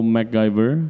MacGyver